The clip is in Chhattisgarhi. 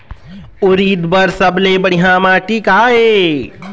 उरीद बर सबले बढ़िया माटी का ये?